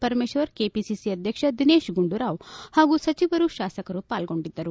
Parameshwar KPCC ಅಧ್ಯಕ್ಷ ದಿನೇಶ್ ಗುಂಡೂರಾವ್ ಹಾಗೂ ಸಚಿವರು ಶಾಸಕರು ಪಾಲ್ಗೊಂಡಿದ್ದರು